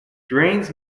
drains